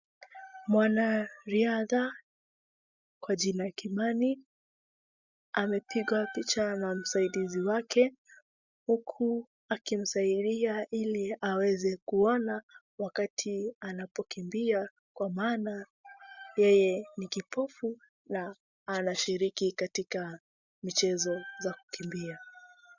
Mwanariadha kwa jina Kimani, amepigwa picha na msaidizi wake huku akimsaidia ili aweze kuona wakati anapokimbia kwa maana yeye ni kipofu na anashiriki katika michezo za kukimbia.